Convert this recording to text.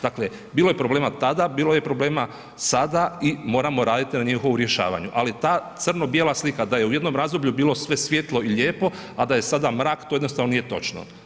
Dakle, bilo je problema tada, bilo je problema sada i moramo raditi na njihovu rješavanju, ali ta crno-bijela slika da je u jednom razdoblju bilo sve svijetlo i lijepo, a da je sada mrak to jednostavno nije točno.